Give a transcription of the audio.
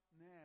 now